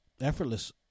effortless